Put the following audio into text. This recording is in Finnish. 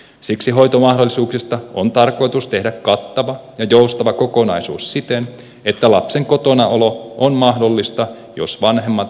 siksi hoitomahdollisuuksista on tarkoitus tehdä kattava ja joustava kokonaisuus siten että lapsen kotonaolo on mahdollista jos vanhemmat niin päättävät